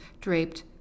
draped